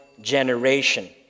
generation